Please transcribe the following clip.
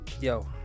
yo